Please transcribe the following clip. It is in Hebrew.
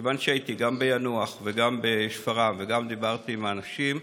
כיוון שהייתי גם ביאנוח וגם בשפרעם וגם דיברתי עם האנשים,